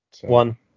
One